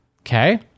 Okay